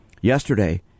yesterday